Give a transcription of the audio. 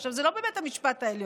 עכשיו, זה לא בבית המשפט העליון,